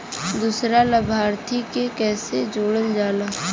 दूसरा लाभार्थी के कैसे जोड़ल जाला?